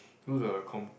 do the com~